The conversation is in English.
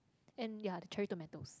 and ya the cherry tomatoes